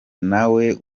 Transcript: nawe